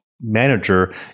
manager